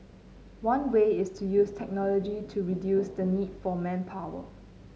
one way is to use technology to reduce the need for manpower